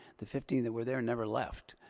the fifteen that were there never left.